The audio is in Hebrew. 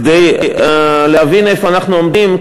כדי להבין איפה אנחנו עומדים,